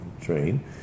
train